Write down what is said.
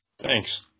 Thanks